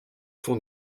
font